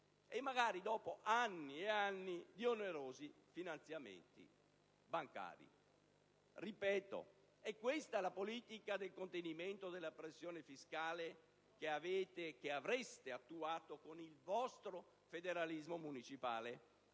magari dopo anni e anni di onerosi finanziamenti bancari. È questa la politica di contenimento della pressione fiscale che avreste attuato con il vostro federalismo municipale?